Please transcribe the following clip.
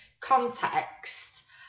context